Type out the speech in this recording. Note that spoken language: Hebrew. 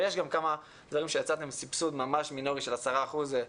יש כמה דברים שיצאתם בסבסוד ממש מינורי של 10 אחוזים,